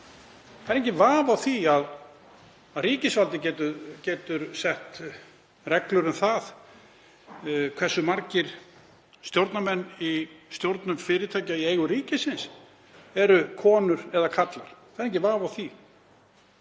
Það er enginn vafi á því að ríkisvaldið getur sett reglur um það hversu margir stjórnarmenn í stjórnum fyrirtækja í eigu ríkisins eru konur eða karlar. Það er enginn vafi á því